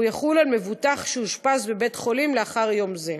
והוא יחול על מבוטח שאושפז בבית-חולים לאחר יום זה.